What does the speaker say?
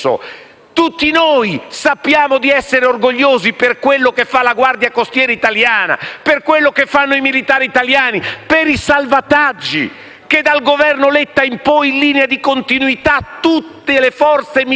Tutti noi sappiamo di essere orgogliosi di ciò che fa la Guardia costiera italiana, di quello che fanno i militari italiani, dei salvataggi che, dal Governo Letta in poi, in linea di continuità tutte le forze militari